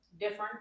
different